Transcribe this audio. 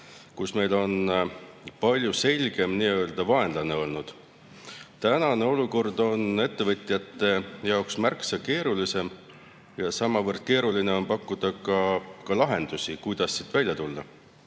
kui meil on olnud palju selgem nii-öelda vaenlane. Praegune olukord on ettevõtjate jaoks märksa keerulisem. Samavõrd keeruline on pakkuda ka lahendusi, kuidas siit välja tulla.